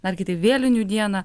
ar kitaip vėlinių dieną